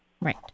Right